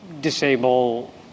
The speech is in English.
disable